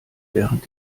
während